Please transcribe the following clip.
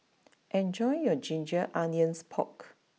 enjoy your Ginger Onions Pork